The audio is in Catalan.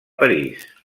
parís